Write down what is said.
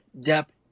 depth